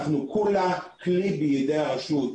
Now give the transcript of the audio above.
אנחנו כולה כלי בידי הרשות.